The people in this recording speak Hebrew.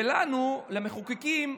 ולנו, למחוקקים,